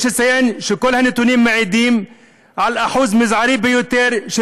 יש לציין שכל הנתונים מעידים על אחוז מזערי ביותר של